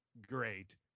great